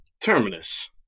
Terminus